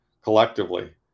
collectively